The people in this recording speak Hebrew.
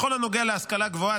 בכל הנוגע להשכלה גבוהה,